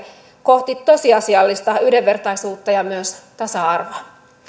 kohti tosiasiallista yhdenvertaisuutta ja myös tasa arvoa